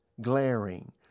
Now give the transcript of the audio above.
glaring